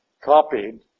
copied